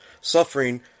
suffering